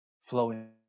flowing